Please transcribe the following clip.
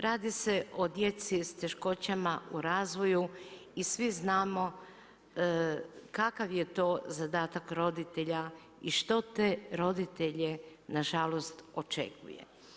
Radi se o djeci s teškoćama u razvoju i svi znamo kakav je to zadatak roditelja i što te roditelje na žalost očekuje.